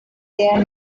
their